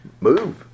move